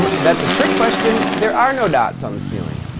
um that's a trick question. there are no dots on the ceiling.